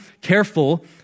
careful